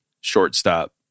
shortstop